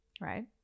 right